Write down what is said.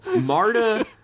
Marta